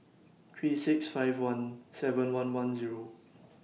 three six five one seven one one Zero